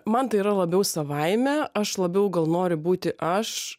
man tai yra labiau savaime aš labiau gal noriu būti aš